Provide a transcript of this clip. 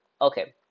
Okay